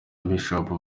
bishop